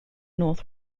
north